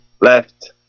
left